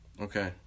Okay